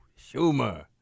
Schumer